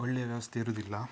ಒಳ್ಳೆ ವ್ಯವಸ್ಥೆ ಇರೋದಿಲ್ಲ